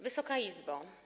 Wysoka Izbo!